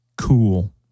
cool